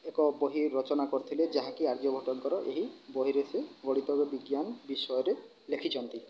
ଏକ ବହି ରଚନା କରିଥିଲେ ଯାହାକି ଆର୍ଯ୍ୟଭଟ୍ଟଙ୍କର ଏହି ବହିରେ ସେ ଗଢ଼ିଥିବା ବିଜ୍ଞାନ ବିଷୟରେ ଲେଖିଛନ୍ତି